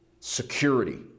Security